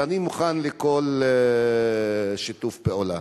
ואני מוכן לכל שיתוף פעולה.